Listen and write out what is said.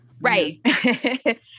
Right